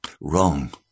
Wrong